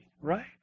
right